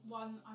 one